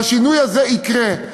והשינוי הזה יקרה.